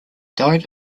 died